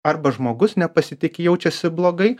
arba žmogus nepasitiki jaučiasi blogai